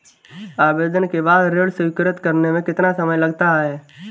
आवेदन के बाद ऋण स्वीकृत करने में कितना समय लगता है?